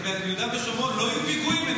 אז ביהודה ושומרון לא יהיו פיגועים?